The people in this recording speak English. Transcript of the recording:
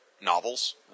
novels